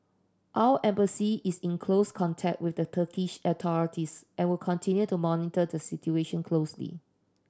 our Embassy is in close contact with the Turkish authorities and will continue to monitor the situation closely